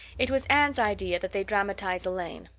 it was anne's idea that they dramatize elaine.